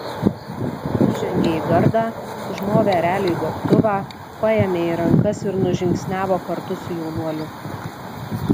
įžengė į gardą užmovė ereliui gobtuvą paėmė į rankas ir nužingsniavo kartu su jaunuoliu